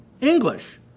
English